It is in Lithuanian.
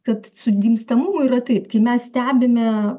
kad su gimstamumu yra taip kai mes stebime